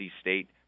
State